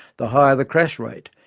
the higher the crash rate.